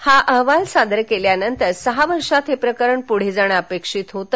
हा अहवाल सादर केल्यानंतर सहा वर्षांत हे प्रकरण पुढे जाणे अपेक्षित होते